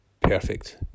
perfect